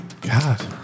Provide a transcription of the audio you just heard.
God